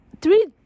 three